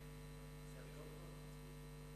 איזו קריאה זו?